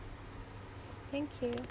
thank you